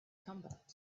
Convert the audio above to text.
combat